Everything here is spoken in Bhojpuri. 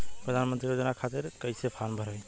प्रधानमंत्री योजना खातिर कैसे फार्म भराई?